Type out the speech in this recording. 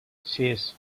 sis